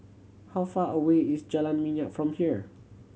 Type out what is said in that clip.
how far away is Jalan Minyak from here